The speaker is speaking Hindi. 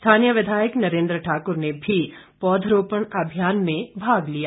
स्थानीय विधायक नरेंद्र ठाकुर ने भी पौधरोपण अभियान में भाग लिया